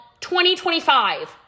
2025